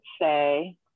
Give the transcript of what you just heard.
say